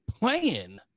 playing